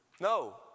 No